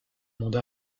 monde